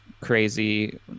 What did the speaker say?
crazy